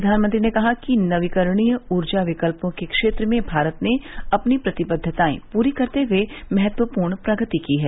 प्रधानमंत्री ने कहा कि नवीकरणीय उर्जा विकल्पो के क्षेत्र में भारत ने अपनी प्रतिबद्वताएं पूरी करते हुए महत्वपूर्ण प्रगति की है